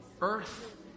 earth